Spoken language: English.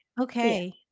Okay